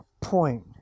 point